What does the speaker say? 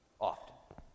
often